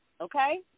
Okay